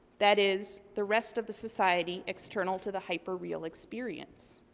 that is, the rest of the society external to the hyperreal experience.